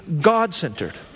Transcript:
God-centered